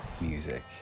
music